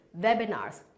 webinars